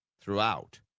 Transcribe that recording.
throughout